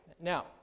Now